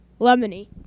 Lemony